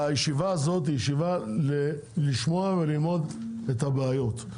הישיבה הזאת היא ישיבה לשמוע וללמוד את הבעיות.